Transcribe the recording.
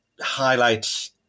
highlights